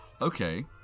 okay